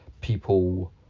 people